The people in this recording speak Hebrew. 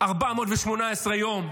418 יום,